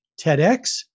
TEDx